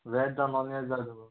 veg जाय non veg जाय तुका